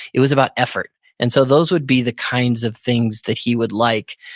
it was about effort and so those would be the kinds of things that he would like.